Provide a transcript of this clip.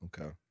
Okay